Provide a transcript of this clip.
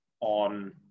on